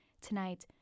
Tonight